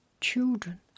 children